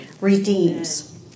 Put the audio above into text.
redeems